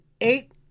eight